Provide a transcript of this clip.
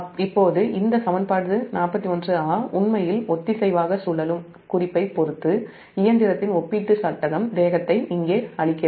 இப்போது இந்த சமன்பாடு 41 உண்மையில் ஒத்திசைவாக சுழலும் குறிப்பைப் பொறுத்து இயந்திரத்தின் ஒப்பீட்டு சட்டகம் வேகத்தை இங்கே அளிக்கிறது